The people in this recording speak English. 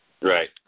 Right